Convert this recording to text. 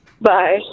Bye